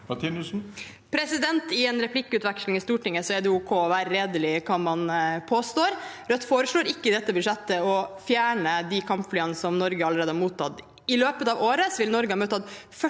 I en re- plikkutveksling i Stortinget er det ok å være redelig i det man påstår. Rødt foreslår ikke i dette budsjettet å fjerne de kampflyene som Norge allerede har mottatt. I løpet av året vil Norge ha mottatt 40